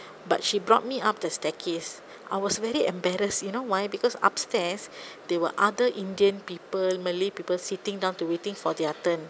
but she brought me up the staircase I was very embarrassed you know why because upstairs there will other indian people malay people sitting down to waiting for their turn